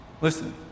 Listen